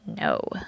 no